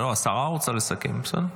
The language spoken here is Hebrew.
השרה רוצה לסכם בסדר.